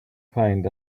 find